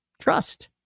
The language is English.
trust